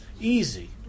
easy